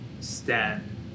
stand